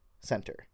center